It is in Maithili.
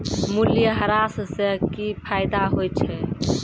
मूल्यह्रास से कि फायदा होय छै?